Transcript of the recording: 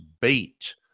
bait